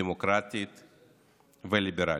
דמוקרטית וליברלית.